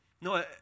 No